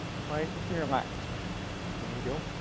try it with your left. there you go.